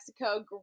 Mexico